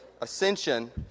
Ascension